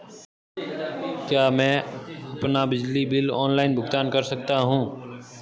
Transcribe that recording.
क्या मैं अपना बिजली बिल ऑनलाइन भुगतान कर सकता हूँ?